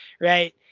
right